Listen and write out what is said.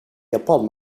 japan